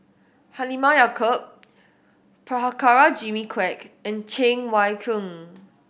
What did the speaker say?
Halimah Yacob Prabhakara Jimmy Quek and Cheng Wai Keung